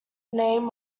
name